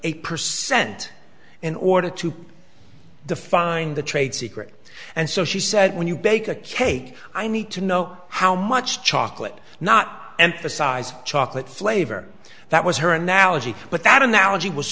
a percent in order to defined the trade secret and so she said when you bake a cake i need to know how much chocolate not emphasize chocolate flavor that was her analogy but that analogy was